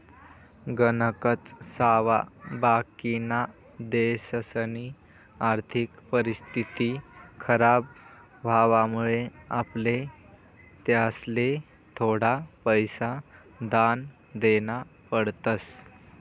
गणकच सावा बाकिना देशसनी आर्थिक परिस्थिती खराब व्हवामुळे आपले त्यासले थोडा पैसा दान देना पडतस